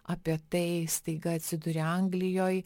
apie tai staiga atsiduri anglijoj